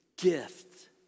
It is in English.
Gift